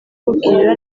mubwira